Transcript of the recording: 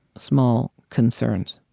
small concerns.